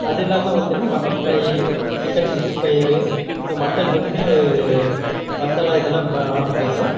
அது இல்லாமல் பார்த்தீங்கனா mutton fry chicken sixty five mutton வந்து மசாலா இதெல்லாம் ம ஆர்ட்ரு பண்ணி இருந்தோம்